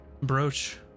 brooch